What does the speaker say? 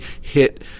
hit